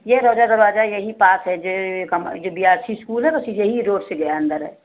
यह गौरव दरवाज़ा यही पास है जो कम जो बी आर सी स्कूल है बस यहीं रोड से गया है अंदर